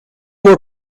were